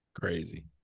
Crazy